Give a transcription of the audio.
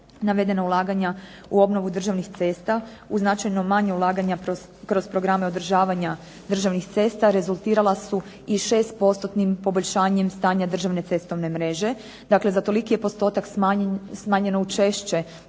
u obnovu državnih cesta uz značajno manja ulaganja kroz programe održavanja državnih cesta rezultirala su i šest postotnim poboljšanjem stanja državne cestovne mreže. Dakle, za toliki je postotak smanjeno učešće